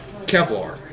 Kevlar